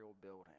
building